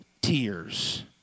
tears